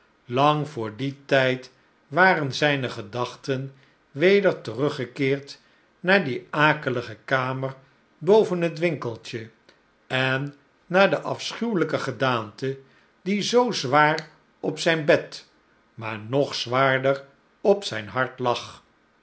lang voor dien tijd waren zijne gedachten weder teruggekeerd naar die akelige kamer boven het winkeltje en naar de afschuwelijke gedaante die zoo zwaar op zijn bed maar nog zwaarder op zijn hart lag